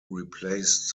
replaced